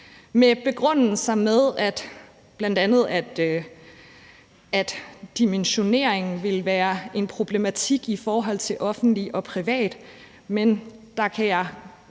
med begrundelser om, at bl.a. dimensioneringen vil være en problematik i forhold til offentlig og privat. Men der kan jeg